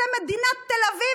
אתם נהייתם מדינת תל אביב,